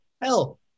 hell